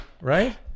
right